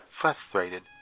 frustrated